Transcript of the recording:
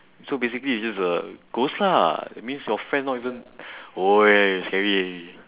so basically it's just a ghost lah that means your friend not even !oi! scary leh